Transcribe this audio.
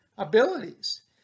abilities